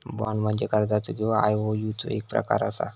bond ह्यो कर्जाचो किंवा आयओयूचो एक प्रकार असा